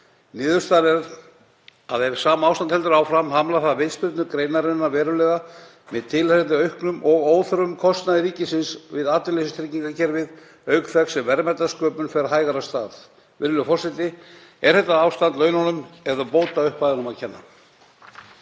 Niðurstaðan er að ef sama ástand heldur áfram hamlar það viðspyrnu greinarinnar verulega með tilheyrandi auknum og óþörfum kostnaði ríkisins við atvinnuleysistryggingakerfið auk þess sem verðmætasköpun fer hægar af stað. Virðulegur forseti. Er þetta ástand laununum eða bótaupphæðunum um að kenna?